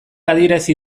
adierazi